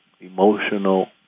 emotional